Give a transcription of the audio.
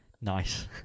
Nice